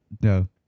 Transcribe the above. No